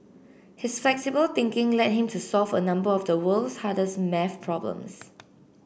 his flexible thinking led him to solve a number of the world's hardest math problems